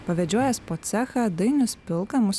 pavedžiojęs po cechą dainius pilka mus